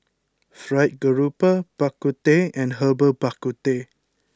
Fried Garoupa Bak Kut Teh and Herbal Bak Ku Teh